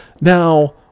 now